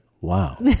wow